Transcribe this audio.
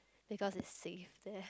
because it's safe there